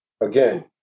again